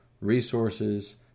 resources